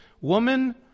woman